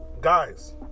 guys